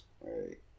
right